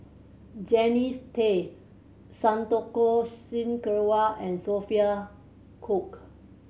Jannie Tay Santokh Singh Grewal and Sophia Cooke